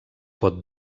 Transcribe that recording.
pot